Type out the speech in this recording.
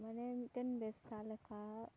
ᱢᱟᱱᱮ ᱢᱤᱫᱴᱮᱱ ᱵᱮᱵᱽᱥᱟ ᱞᱮᱠᱟ